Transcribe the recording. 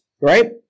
right